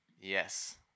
Yes